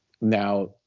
Now –